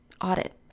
audit